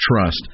trust